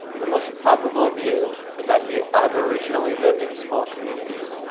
the most probable view is that he aboriginally lived in small communities,